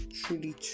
truly